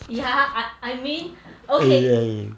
yeah I I mean okay